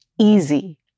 easy